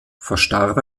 verstarb